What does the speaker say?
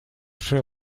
шри